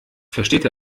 versteht